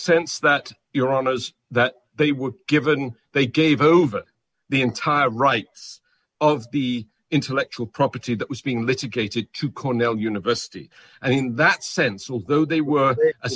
sense that you're honest that they were given they gave over the entire rights of the intellectual property that was being litigated to cornell university i mean that sense although they were a